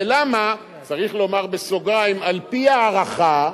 ולמה, צריך לומר בסוגריים: על-פי ההערכה,